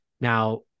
Now